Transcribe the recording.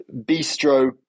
bistro